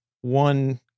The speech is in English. one